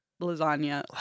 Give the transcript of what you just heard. lasagna